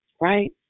right